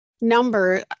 number